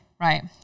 right